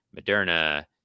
Moderna